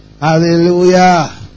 Hallelujah